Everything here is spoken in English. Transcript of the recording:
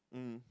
mmhmm